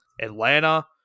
Atlanta